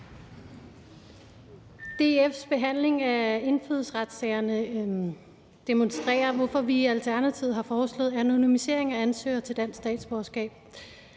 DF's behandling af indfødsretssagerne demonstrerer, hvorfor vi i Alternativet har foreslået anonymisering af ansøgere om dansk statsborgerskab.